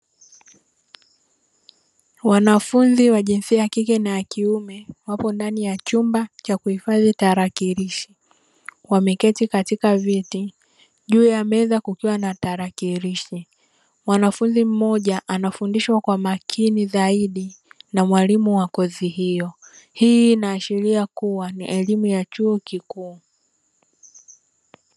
Wanafunzi wa jinsia ya kike na ya kiume wapo ndani ya chumba cha kuhifadhi tarakilishi, wameketi katika viti juu ya meza kukiwa na tarakilishi. Mwanafunzi mmoja anafundishwa kwa makini zaidi na mwalimu wa kozi hiyo. Hii inaashiria kuwa ni elimu ya chuo kikuu.